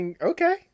okay